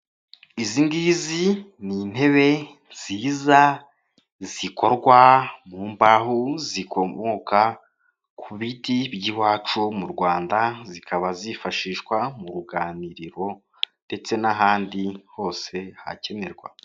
Izi ngizi ni intebe nziza zikorwa mu mbaho zikomoka ku biti by'iwacu mu Rwanda, zikaba zifashishwa mu ruganiriro ndetse n'ahandi hose hakenerwa.